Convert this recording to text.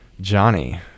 Johnny